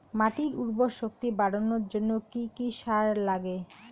মাটির উর্বর শক্তি বাড়ানোর জন্য কি কি সার লাগে?